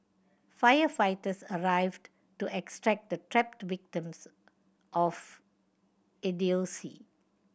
firefighters arrived to extract the trapped victims of idiocy